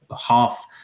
half